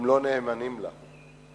הם לא נאמנים לה.